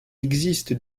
existe